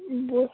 বল